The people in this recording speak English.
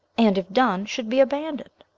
and if done, should be abandoned.